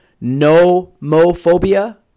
no-mo-phobia